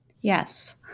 Yes